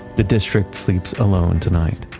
the district sleeps alone tonight.